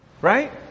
Right